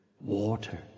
Water